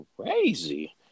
crazy